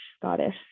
Scottish